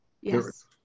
Yes